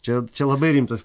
čia čia labai rimtas